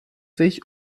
sich